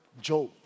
Job